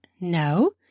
No